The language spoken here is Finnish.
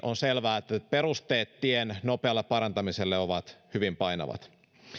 on selvää että perusteet tien nopealle parantamiselle ovat hyvin painavat